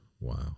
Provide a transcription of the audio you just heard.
Wow